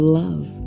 love